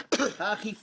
הסתיימה.